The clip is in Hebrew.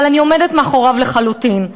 אבל אני עומדת מאחוריו לחלוטין.